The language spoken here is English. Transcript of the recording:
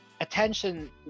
attention